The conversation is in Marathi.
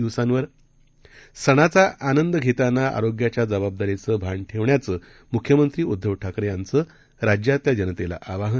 दिवसांवर सणाचा आनंद घेताना आरोग्याच्या जबाबदारीचं भान ठेवण्याचं मुख्यमंत्री उद्घव ठाकरे यांचं राज्यातल्या जनतेला आवाहन